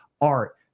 art